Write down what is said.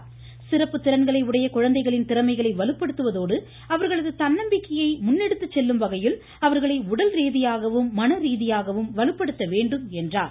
நிறுவனங்கள் சிறப்புத் திறன்களை உடைய குழந்தைகளின் கல்வி திறமைகளை வலுப்படுத்துவதோடு அவர்களது தன்னம்பிக்கையை முன்னெடுத்து செல்லும் வகையில் அவர்களை உடல் ரீதியாகவும் மனரீதியாகவும் வலுப்படுத்த வேண்டும் என்றார்